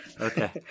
okay